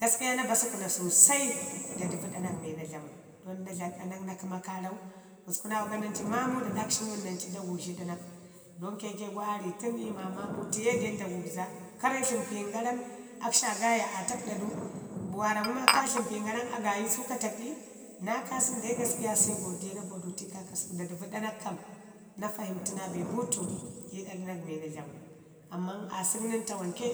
gaskiya na ba sukuna sosai dadəvu ɗamak mi na dlamu don na dlamu ɗanak na kəma kaarau, gusku naa ƙoƙari naneu maamau da ɗakshi nancu da gugzhi ɗanak don keke aa riləni ma maamu tiye de da gugza karre tləmpiyin gara a gayi su kateki. Naa kaason dai gaskiya se godiya na godetu i səku, Dəvu ɗanak kam na payintu naa be buutu ii ɗanak mi naa dlamu. Amman aasək nən tawanke